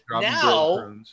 now